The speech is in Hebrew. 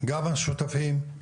גם השותפים,